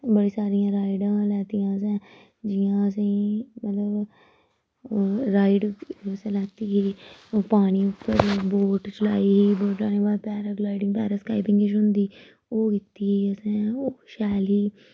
बड़ी सारी राइडयां लैतियां असें जियां असेंगी मतलब राइड असें लैती ही ओह् पानी उप्पर बोट चलाई बोट चलाने बाद पैरा ग्लाइडिंग पैरा स्काइपिंग बी किश होंदी ओह् कीती असें ओह् जेही